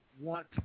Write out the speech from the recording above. want